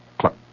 cluck